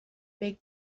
big